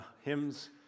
hymns